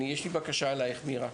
יש לי בקשה אלייך, מירה.